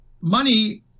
money